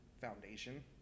foundation